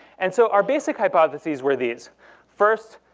and so our basic hypotheses were these first,